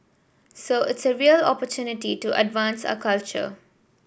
so it's a real opportunity to advance our culture